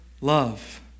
love